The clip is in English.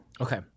Okay